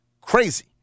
crazy